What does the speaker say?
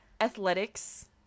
athletics